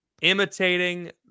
imitating